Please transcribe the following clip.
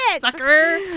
sucker